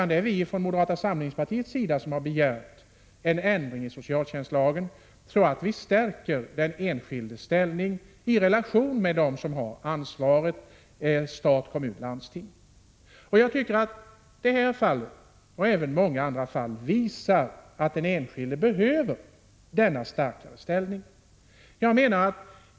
Det är vi från moderata samlingspartiets sida som har begärt en ändring i socialtjänstlagen så att den enskildes ställning stärks gentemot dem som har ansvaret: stat, kommun och landsting. Jag tycker att det här fallet — och även många andra fall — visar att den enskilde behöver denna starkare ställning.